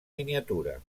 miniatura